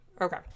okay